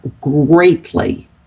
greatly